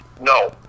No